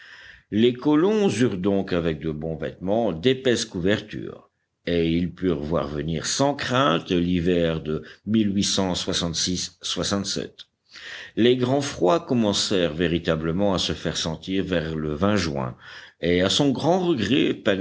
les colons eurent donc avec de bons vêtements d'épaisses couvertures et ils purent voir venir sans crainte l'hiver de les grands froids commencèrent véritablement à se faire sentir vers le juin et à son grand regret